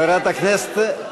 חברת הכנסת,